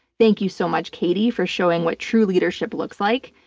thank you so much, katie, for showing what true leadership looks like.